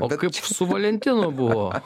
o kaip su valentinu buvo